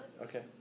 okay